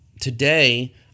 today